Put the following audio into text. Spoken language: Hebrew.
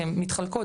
שהן מתחלקות.